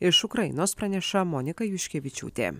iš ukrainos praneša monika juškevičiūtė